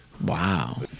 Wow